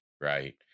right